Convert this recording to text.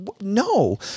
no